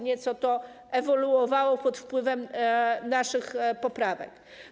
Nieco to ewoluowało pod wpływem naszych poprawek.